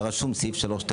היה רשום סעיף 3,